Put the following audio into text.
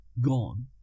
gone